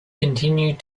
continued